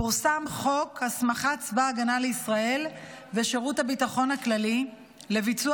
פורסם חוק הסמכת צבא הגנה לישראל ושירות הביטחון הכללי לביצוע